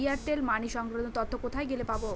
Airtel money সংক্রান্ত তথ্য কোথায় গেলে পাব?